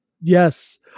Yes